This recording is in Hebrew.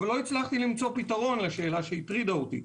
אך לא הצלחתי למצוא פתרון לשאלה שהטרידה אותי.